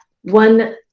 one